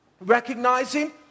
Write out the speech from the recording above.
recognizing